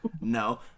No